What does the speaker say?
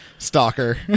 Stalker